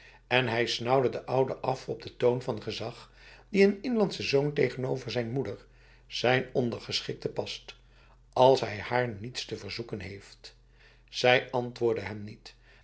en hij snauwde de oude af op de toon van gezag die een inlandse zoon tegenover zijn moeder zijn ondergeschikte past als hij haar niets te verzoeken heeft zij antwoordde hem niet